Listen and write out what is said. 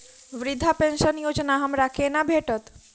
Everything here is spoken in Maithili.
वृद्धा पेंशन योजना हमरा केना भेटत?